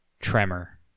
Tremor